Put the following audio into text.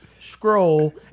scroll